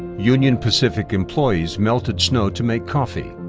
union pacific employees melted snow to make coffee.